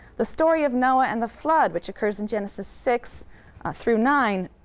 the story of noah and the flood, which occurs in genesis six through nine